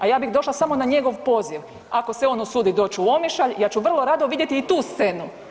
A ja bih došla samo na njegov poziv ako se on usudi doći u Omišalj ja ću vrlo rado vidjeti i tu scenu.